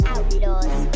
Outlaws